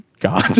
god